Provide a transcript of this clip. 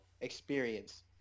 experience